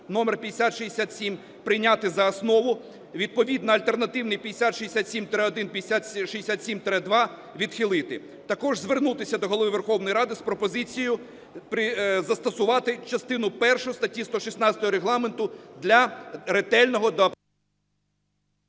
(№ 5067) прийняти за основу; відповідно альтернативні 5067-1, 5067-2 відхилити. Також звернутися до Голови Верховної Ради з пропозицією застосувати частину першу статті 116 Регламенту для ретельного… ГОЛОВУЮЧИЙ.